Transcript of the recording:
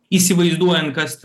įsivaizduojant kas